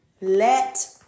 Let